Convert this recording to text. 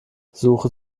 suche